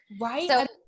Right